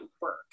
work